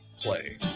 Play